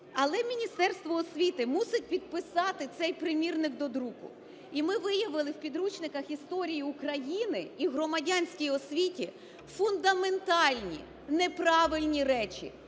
Але Міністерство освіти мусить підписати цей примірник до друку. І ми виявили в підручниках історії України і громадянській освіті фундаментальні неправильні речі.